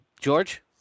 George